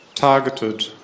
targeted